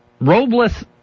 Robles